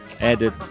added